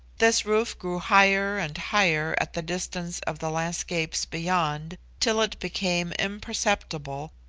this roof grew higher and higher at the distance of the landscapes beyond, till it became imperceptible,